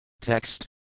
Text